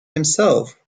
himself